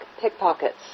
pickpockets